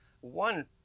One